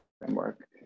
framework